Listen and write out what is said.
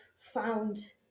found